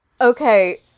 Okay